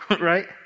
Right